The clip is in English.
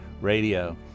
Radio